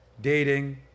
dating